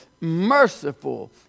merciful